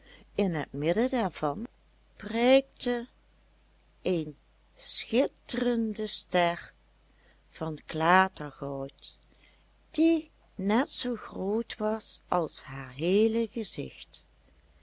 in het midden daarvan prijkte een schitterende ster van klatergoud die net zoo groot was als haar heele gezicht